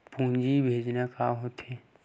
पूंजी भेजना का होथे?